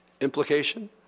Implication